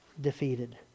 defeated